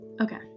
okay